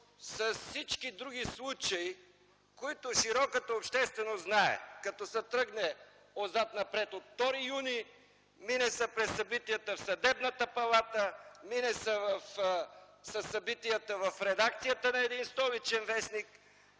и с всички други случаи, които широката общественост знае, като се тръгне отзад напред от 2 юни, мине се през събитията пред Съдебната палата, в редакцията на един столичен вестник,